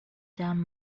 down